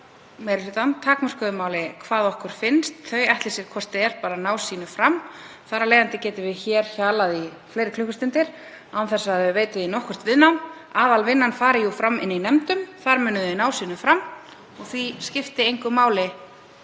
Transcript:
meiri hlutann takmörkuðu máli hvað okkur finnst. Þau ætli sér hvort sem er bara ná sínu fram. Þar af leiðandi getum við hjalað hér í fleiri klukkustundir án þess að þau veiti því nokkurt viðnám, aðalvinnan fari jú fram í nefndum, þar munu þau ná sínu fram og því skipti engu máli